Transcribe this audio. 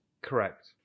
Correct